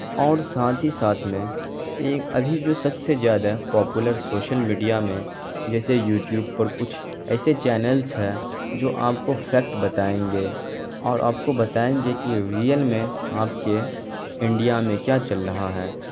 اور ساتھ ہی ساتھ میں ایک ابھی جو سب سے زیادہ پاپولر شوشل میڈیا میں جیسے یوٹیوب پر کچھ ایسے چینلس ہیں جو آپ کو فیکٹ بتائیں گے اور آپ کو بتائیں گے کہ ریئل میں آپ کے انڈیا میں کیا چل رہا ہے